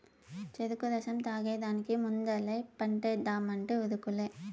చెరుకు రసం తాగేదానికి ముందలే పంటేద్దామంటే ఉరుకులే